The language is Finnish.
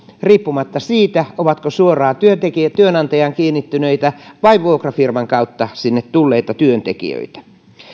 riippuen siitä ovatko suoraan työnantajaan kiinnittyneitä vai vuokrafirman kautta sinne tulleita työntekijöitä